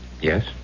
Yes